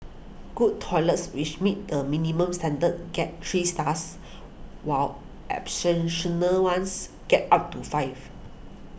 good toilets which meet the minimum standards get three stars while ones get up to five